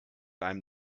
einem